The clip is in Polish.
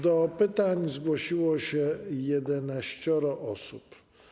Do pytań zgłosiło się 11 osób.